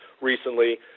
recently